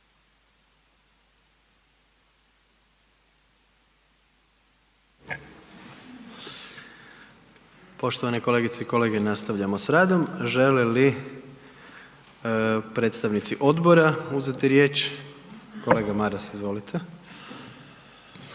Poštovane kolegice i kolege, nastavljamo s radom, žele li predstavnici odbora uzeti riječ? Kolega Maras, izvolite.